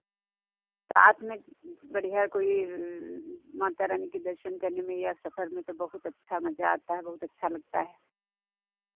साथ में बढ़ियाँ कोई माता रानी के दर्शन करने में या सफ़र में तो बहुत अच्छा मज़ा आता है बहुत अच्छा लगता है